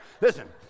Listen